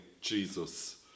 Jesus